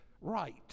right